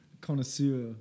connoisseur